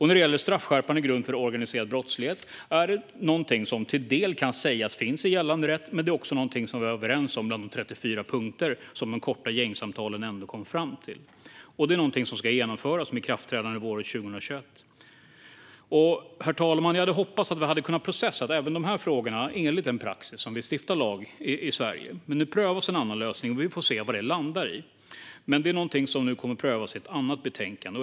När det gäller en straffskärpande grund för organiserad brottslighet är det något som till del kan sägas finnas redan i gällande rätt. Det är också något vi var överens om bland de 34 punkter som de korta gängsamtalen ändå kom fram till, och detta är något som ska genomföras med ikraftträdande våren 2021. Herr talman! Jag hade hoppats att vi kunde processa även dessa frågor enligt den praxis vi stiftar lag med i Sverige. Nu prövas en annan lösning, och vi får se vad det landar i. Detta kommer dock att prövas i ett annat betänkande.